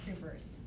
reverse